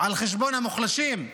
על חשבון המוחלשים.